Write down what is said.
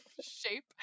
shape